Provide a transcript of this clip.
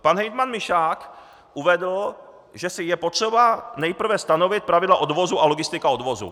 Pan hejtman Mišák uvedl, že je potřeba nejprve stanovit pravidla odvozu a logistika odvozu.